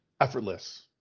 effortless